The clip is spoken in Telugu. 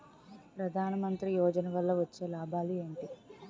ప్రధాన మంత్రి యోజన వల్ల వచ్చే లాభాలు ఎంటి?